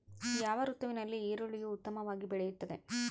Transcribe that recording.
ಯಾವ ಋತುವಿನಲ್ಲಿ ಈರುಳ್ಳಿಯು ಉತ್ತಮವಾಗಿ ಬೆಳೆಯುತ್ತದೆ?